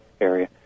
area